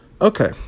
Okay